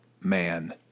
man